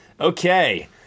Okay